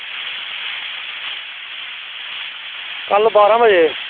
कल बारां बजे